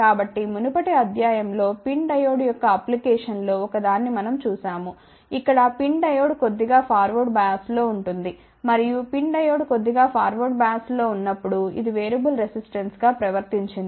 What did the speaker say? కాబట్టి మునుపటి అధ్యాయం లో PIN డయోడ్ యొక్క అప్లికేషన్ లో ఒక దాన్ని మనం చూశాము ఇక్కడ PIN డయోడ్ కొద్దిగా ఫార్వర్డ్ బయాస్ లో ఉంటుంది మరియు PIN డయోడ్ కొద్దిగా ఫార్వర్డ్ బయాస్ లో ఉన్నప్పుడు ఇది వేరియబుల్ రెసిస్టెన్స్గా ప్రవర్తించింది